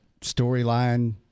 storyline